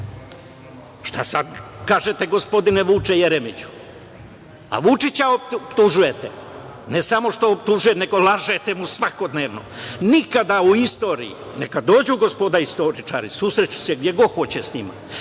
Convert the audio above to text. Šta sada kažete, gospodine Vuče Jeremiću? A Vučića optužujete, ne samo što optužujete, nego lažete svakodnevno. Nikada u istoriji, neka dođu gospoda istoričari, susrešću se gde god hoće s njima,